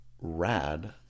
Rad